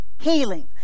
healing